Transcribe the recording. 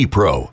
Pro